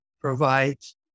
provides